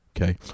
Okay